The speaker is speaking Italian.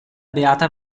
beata